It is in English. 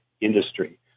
industry